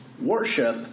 worship